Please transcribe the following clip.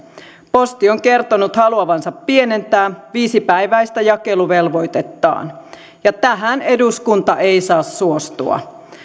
posti on kertonut haluavansa pienentää viisipäiväistä jakeluvelvoitettaan ja tähän eduskunta ei saa suostua